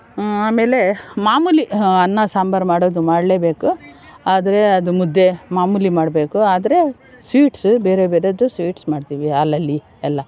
ಆಮೇಲೆ ಮಾಮೂಲಿ ಅನ್ನ ಸಾಂಬಾರು ಮಾಡೋದು ಮಾಡಲೇಬೇಕು ಆದರೆ ಅದು ಮುದ್ದೆ ಮಾಮೂಲಿ ಮಾಡಬೇಕು ಆದರೆ ಸ್ವೀಟ್ಸ್ ಬೇರೆ ಬೇರೆದು ಸ್ವೀಟ್ಸ್ ಮಾಡ್ತೀವಿ ಹಾಲಲ್ಲಿ ಎಲ್ಲ